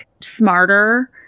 smarter